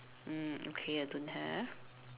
mm okay I don't have